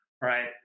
right